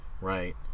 right